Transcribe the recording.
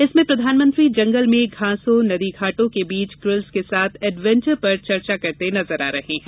इसमें प्रधानमंत्री जंगल में घासों नदी घाटों के बीच ग्रिल्स के साथ एडवेंचर पर चर्चा करते नजर आ रहे हैं